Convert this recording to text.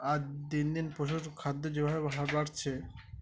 আজ দিন দিন প্রসেসড খাদ্য যেভাবে হার বাড়ছে